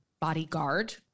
bodyguard